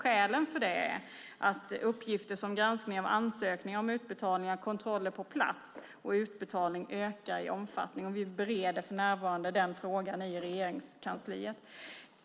Skälen till det är att uppgifter som granskning av ansökningar om utbetalningar, kontroller på plats och utbetalningar ökar i omfattning. Vi bereder för närvarande den frågan i Regeringskansliet.